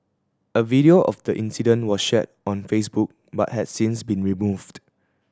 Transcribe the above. a video of the incident was shared on Facebook but has since been removed